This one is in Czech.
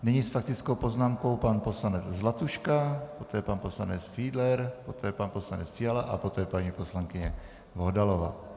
Nyní s faktickou poznámkou pan poslanec Zlatuška, poté pan poslanec Fiedler, poté pan poslanec Fiala a poté paní poslankyně Bohdalová.